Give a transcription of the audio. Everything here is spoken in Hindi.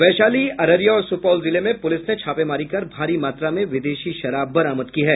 वैशाली अररिया और सुपौल जिले में पुलिस ने छापेमारी कर भारी मात्रा में विदेशी शराब बरामद की है